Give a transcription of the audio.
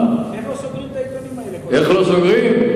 איך לא סוגרים?